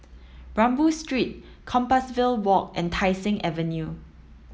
Rambau Street Compassvale Walk and Tai Seng Avenue